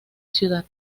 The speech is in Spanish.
ciudad